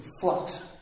flux